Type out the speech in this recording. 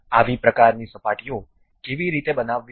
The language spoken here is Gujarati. આવી પ્રકારની સપાટીઓ કેવી રીતે બનાવવી